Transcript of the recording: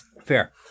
Fair